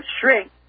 shrink